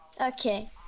Okay